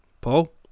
Paul